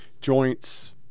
joints